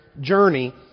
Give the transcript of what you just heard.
journey